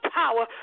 power